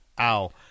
Ow